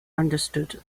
understood